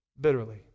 bitterly